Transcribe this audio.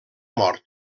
mort